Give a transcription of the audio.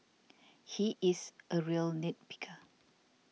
he is a real nit picker